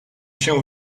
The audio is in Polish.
się